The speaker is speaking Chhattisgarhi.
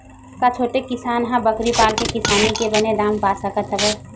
का छोटे किसान ह बकरी पाल के किसानी के बने दाम पा सकत हवय?